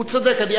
הוא צודק.